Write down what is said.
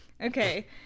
Okay